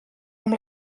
amb